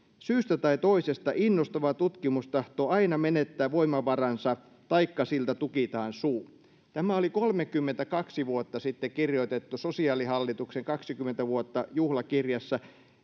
syystä tai toisesta innostava tutkimus tahtoo aina menettää voimavaransa taikka siltä tukitaan suu tämä oli kolmekymmentäkaksi vuotta sitten kirjoitettu sosiaalihallituksen kaksikymmentä vuotta juhlakirjassa